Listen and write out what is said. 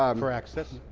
um for access?